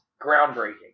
groundbreaking